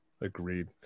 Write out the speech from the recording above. Agreed